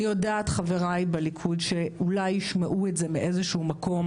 אני יודעת חברי בליכוד שאולי ישמעו את זה מאיזה שהוא מקום,